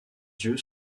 yeux